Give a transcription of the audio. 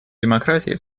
демократии